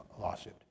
lawsuit